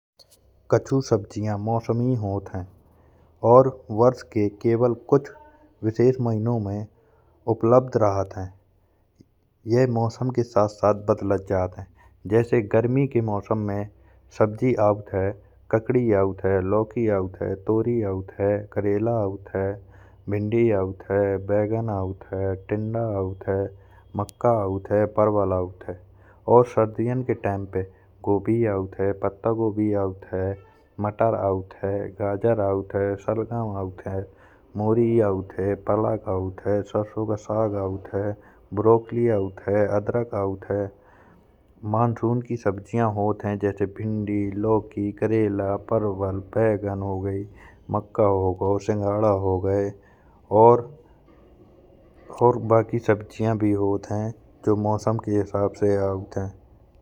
कुछ सब्जियां मौसमी होत हैं और वर्ष के केवल कुछ विशेष महीनों में उपलब्ध रहत हैं। यह मौसम के साथ साथ बदलत जात हैं जैसे गर्मी के मौसम में सबकी आवत हैं। जैसे की ककड़ी औत, लौकी औत हैं, तोरी औत हैं, करेला औत हैं, भिंडी औत हैं, बैंगन औत हैं, टिंडा औत हैं, मक्का औत हैं, और परवल औत हैं। और सर्दियाँ के टाइम पे गोभी औत हैं, पत्तागोभी औत हैं, मटर औत हैं, गाजर औत हैं, सल्गम औत हैं, मोली औत हैं, पालक औत हैं, सरसो का साग औत हैं, ब्रोकली औत हैं, अदरक औत हैं। मॉनसून की सब्जियाँ हैं, जैसे भिंडी, लौकी, करेला, परवल, बैंगन हो गई, मक्का हो गा, सिंघाड़ा हो गए और बाकी सब्जियां भी होत हैं। जो मौसम के हिसाब से औत हैं।